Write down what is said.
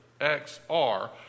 X-R